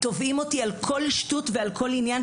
תובעים אותי על כל שטות ועל כל עניין.